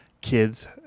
kids